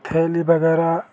थैली वग़ैरह